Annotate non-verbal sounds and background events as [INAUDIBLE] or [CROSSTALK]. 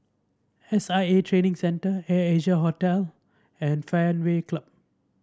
S I A Training Centre [UNINTELLIGIBLE] Asia Hotel and Fairway Club